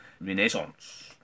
Renaissance